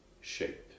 shape